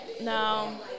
No